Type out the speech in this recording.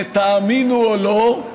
ותאמינו או לא,